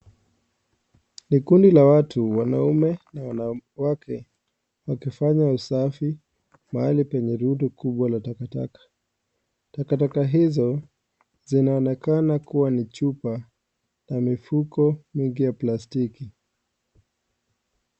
Ni kundi la watu wanaume na wanawake wakifanya usafi mahali penye rundo kubwa la takataka. Takataka hizo zinaonekana kuwa ni chupa na mifuko mingi ya plastiki.